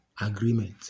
agreement